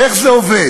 איך זה עובד?